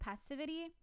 passivity